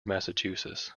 massachusetts